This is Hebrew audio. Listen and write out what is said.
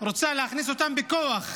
רוצה להכניס אותם בכוח